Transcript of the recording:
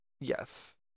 Yes